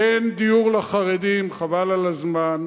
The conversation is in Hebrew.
אין דיור לחרדים, חבל על הזמן.